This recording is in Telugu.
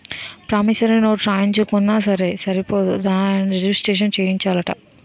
ప్రామిసరీ నోటు రాయించుకున్నా సరే సరిపోదు దానిని రిజిస్ట్రేషను సేయించాలట